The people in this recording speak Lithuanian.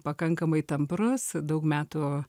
pakankamai tamprus daug metų